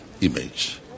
image